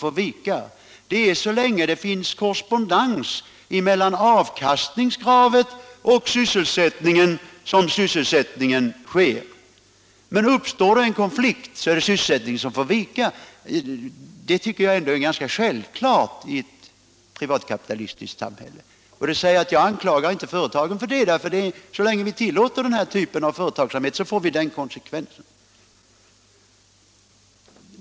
Det är endast så länge det finns korrespondens mellan avkastningskravet och sysselsättningskravet som man tillgodoser även sysselsättningen. Men uppstår det en konflikt får sysselsättningen vika. Det tycker jag ändå är ganska självklart i ett privatkapitalistiskt samhälle. Jag säger då att jag inte anklagar företagen för det, ty så länge vi tillåter den typen av företagsamhet får vi den konsekvensen.